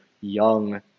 young